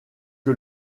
que